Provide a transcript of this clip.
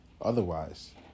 Otherwise